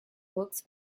books